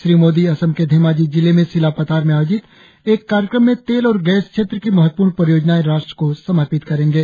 श्री मोदी असम के धैमाजी जिले में सिलापाथार में आयोजित एक कार्यक्रम में तेल और गैस क्षेत्र की महत्वपूर्ण परियोजनाएं राष्ट्र को समर्पित करेंगे